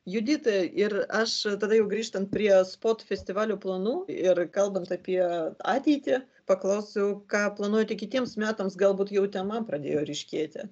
judita ir aš tada jau grįžtant prie spot festivalio planų ir kalbant apie ateitį paklausiu ką planuojate kitiems metams galbūt jau tema pradėjo ryškėti